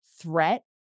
threat